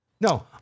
No